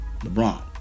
LeBron